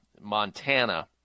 Montana